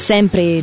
Sempre